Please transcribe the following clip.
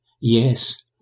Yes